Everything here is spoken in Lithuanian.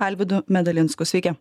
alvydu medalinsku sveiki